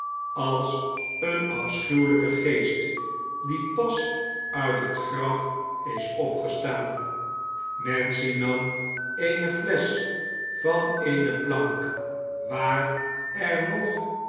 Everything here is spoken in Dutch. als een afschuwelijken geest die pas uit het graf is opgestaan nancy nam eene flesch van eene plank waar er nog